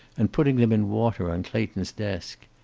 and putting them in water on clayton's desk.